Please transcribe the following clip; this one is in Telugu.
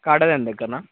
కాటాదాన్ దగ్గరనా